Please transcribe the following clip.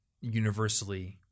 universally